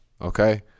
Okay